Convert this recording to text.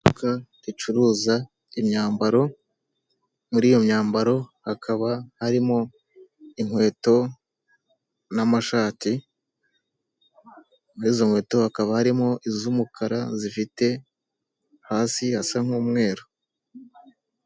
Iduka ricuruza imyambaro, muri iyo myambaro hakaba harimo inkweto n'amashati, muri izo nkweto hakaba harimo iz'umukara zifite hasi hasa nk'umweru.